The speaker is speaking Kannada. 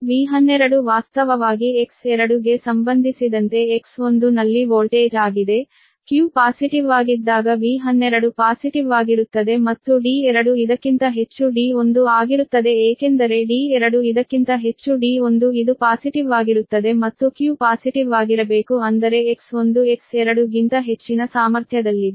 V12 ವಾಸ್ತವವಾಗಿ X2 ಗೆ ಸಂಬಂಧಿಸಿದಂತೆ X1 ನಲ್ಲಿ ವೋಲ್ಟೇಜ್ ಆಗಿದೆ q ಪಾಸಿಟಿವ್ವಾಗಿದ್ದಾಗ V12 ಪಾಸಿಟಿವ್ವಾಗಿರುತ್ತದೆ ಮತ್ತು D2 D1 ಆಗಿರುತ್ತದೆ ಏಕೆಂದರೆ D2 D1 ಇದು ಪಾಸಿಟಿವ್ವಾಗಿರುತ್ತದೆ ಮತ್ತು q ಪಾಸಿಟಿವ್ವಾಗಿರಬೇಕು ಅಂದರೆ X1 X2 ಗಿಂತ ಹೆಚ್ಚಿನ ಸಾಮರ್ಥ್ಯ ಹೊಂದಿದೆ